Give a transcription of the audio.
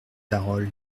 parole